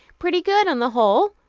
pretty good, on the whole,